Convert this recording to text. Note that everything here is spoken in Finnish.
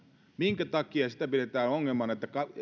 minkä takia sitä pidetään ongelmana että